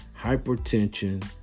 Hypertension